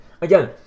Again